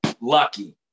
lucky